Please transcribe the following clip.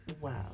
wow